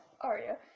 Aria